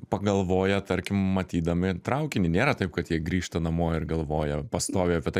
pagalvoja tarkim matydami traukinį nėra taip kad jie grįžta namo ir galvoja pastoviai apie tai